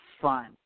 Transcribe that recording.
fun